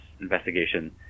investigation